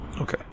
Okay